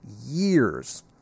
years